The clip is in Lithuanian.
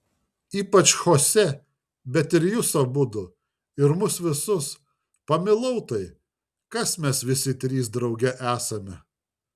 ypač chosė bet ir jus abudu ir mus visus pamilau tai kas mes visi trys drauge esame